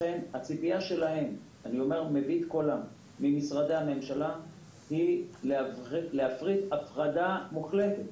לכן הציפייה שלהם ממשרדי הממשלה היא להפריד הפרדה מוחלטת.